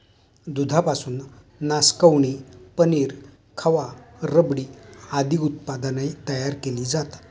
दुधापासून नासकवणी, पनीर, खवा, रबडी आदी उत्पादने तयार केली जातात